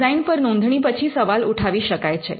design પર નોંધણી પછી સવાલ ઉઠાવી શકાય છે